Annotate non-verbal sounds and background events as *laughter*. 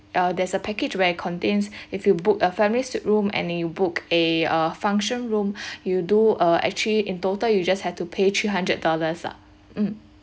uh there's a package where it contains *breath* if you book a family suite room and you book a uh function room *breath* you do uh actually in total you just have to pay three hundred dollars ah mm